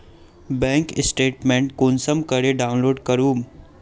Bank statement कुंसम करे download करूम?